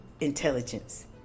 intelligence